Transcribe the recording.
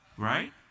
Right